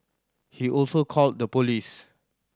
he also called the police